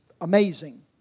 amazing